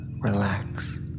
relax